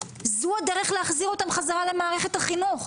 זו הדרך להחזיר אותם חזרה למערכת החינוך,